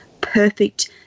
perfect